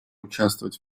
участвовать